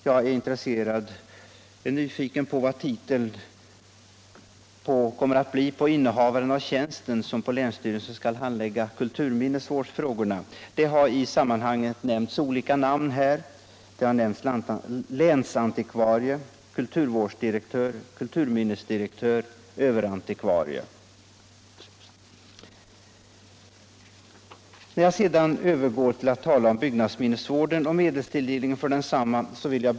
Jag undrar vad titeln kommer att bli för den tjänsteman som på länsstyrelsen skall handlägga kulturminnesvårdsfrågorna. Det har här nämnts olika titlar — länsantikvarie, kulturvårdsdirektör, kulturminnesdirektör, överantikvarie.